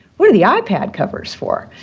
what are the ipad covers for?